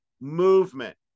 movement